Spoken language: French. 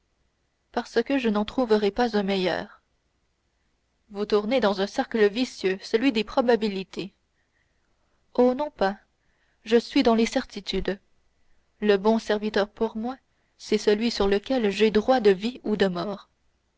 parce que je n'en trouverais pas un meilleur vous tournez dans un cercle vicieux celui des probabilités oh non pas je suis dans les certitudes le bon serviteur pour moi c'est celui sur lequel j'ai droit de vie ou de mort